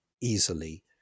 easily